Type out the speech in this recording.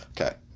okay